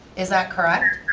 is that correct?